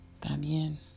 También